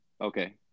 Okay